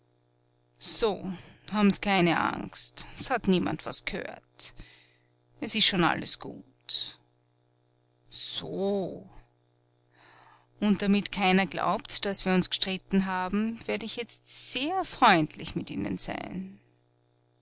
so hab'n s keine angst s hat niemand was gehört es ist schon alles gut so und damit keiner glaubt daß wir uns gestritten haben werd ich jetzt sehr freundlich mit ihnen sein